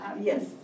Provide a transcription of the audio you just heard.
Yes